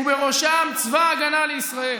ובראשם צבא ההגנה לישראל.